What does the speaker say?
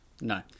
No